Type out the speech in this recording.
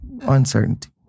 uncertainty